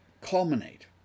culminate